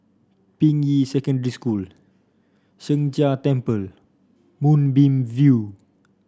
Ping Yi Secondary School Sheng Jia Temple Moonbeam View